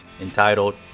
entitled